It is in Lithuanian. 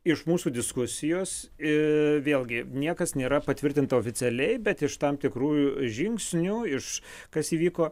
iš mūsų diskusijos vėlgi niekas nėra patvirtinta oficialiai bet iš tam tikrųjų žingsnių iš kas įvyko